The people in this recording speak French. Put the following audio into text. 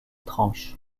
tranches